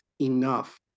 enough